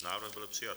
Návrh byl přijat.